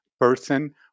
person